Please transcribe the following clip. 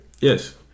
Yes